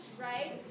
Right